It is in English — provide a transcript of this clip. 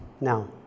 now